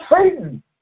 satan